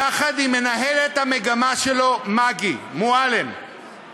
יחד עם מנהלת המגמה שלו מגי מועלם,